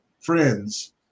friends